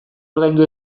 ordaindu